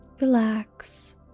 Relax